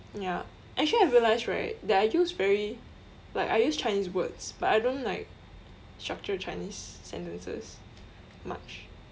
ya actually I realise right that I use very like I use chinese words but I don't like structure chinese sentences much